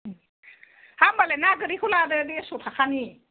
हा होमबालाय ना गोरिखौ लादो देर स' थाखानि